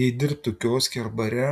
jei dirbtų kioske ar bare